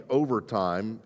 overtime